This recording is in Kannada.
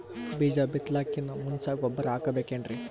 ಬೀಜ ಬಿತಲಾಕಿನ್ ಮುಂಚ ಗೊಬ್ಬರ ಹಾಕಬೇಕ್ ಏನ್ರೀ?